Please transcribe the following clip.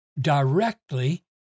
directly